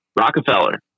Rockefeller